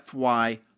FY